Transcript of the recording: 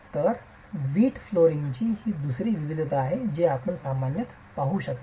तर वीट फ्लोअरिंगची ही दुसरी विविधता आहे जी आपण सामान्यत पाहू शकता